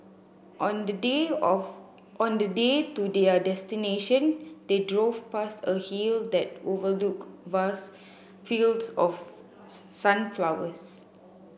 on the day of on the day to their destination they drove past a hill that overlooked vast fields of sunflowers